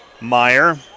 Meyer